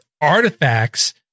artifacts